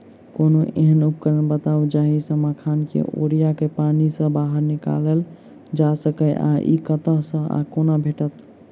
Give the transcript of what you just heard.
कोनों एहन उपकरण बताऊ जाहि सऽ मखान केँ ओरिया कऽ पानि सऽ बाहर निकालल जा सकैच्छ आ इ कतह सऽ आ कोना भेटत?